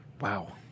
Wow